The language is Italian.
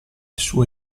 sue